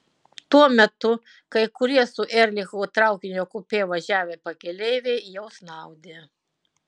tuo metu kai kurie su erlichu traukinio kupė važiavę pakeleiviai jau snaudė